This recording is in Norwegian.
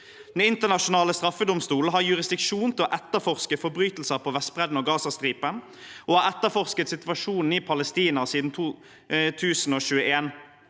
Den internasjonale straffedomstolen, ICC, har jurisdiksjon til å etterforske forbrytelser på Vestbredden og Gazastripen og har etterforsket situasjonen i Palestina siden 2021.